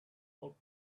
out